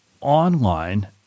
online